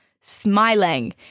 smiling